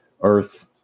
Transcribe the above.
earth